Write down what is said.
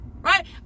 Right